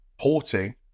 porting